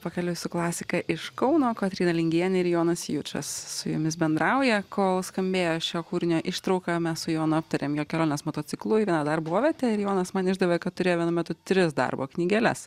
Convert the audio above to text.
pakeliui su klasika iš kauno kotryna lingienė ir jonas jučas su jumis bendrauja kol skambėjo šio kūrinio ištrauka mes su jonu aptarėm jo keliones motociklu į vieną darbovietę ir jonas man išdavė kad turėjo vienu metu tris darbo knygeles